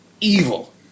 evil